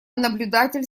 наблюдатель